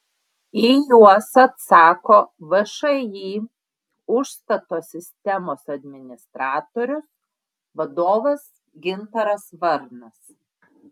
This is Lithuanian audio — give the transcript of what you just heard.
į juos atsako všį užstato sistemos administratorius vadovas gintaras varnas